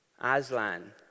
Aslan